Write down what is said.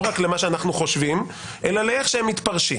לא רק למה שאנחנו חושבים, אלא לאיך שהם מתפרשים.